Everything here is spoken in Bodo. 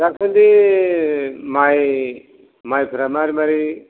दासान्दि माइ माइफ्रा मारै मारै